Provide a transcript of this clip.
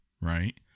right